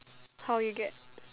how you get